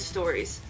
Stories